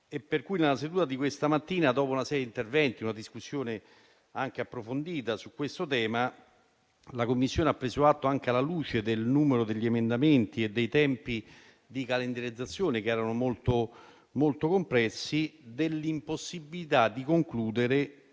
Nella seduta di questa mattina, dopo una serie interventi nel corso di una discussione anche approfondita sul tema, la Commissione ha preso atto, anche alla luce del numero degli emendamenti e dei tempi di calendarizzazione molto compressi, dell'impossibilità di concludere